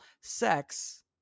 sex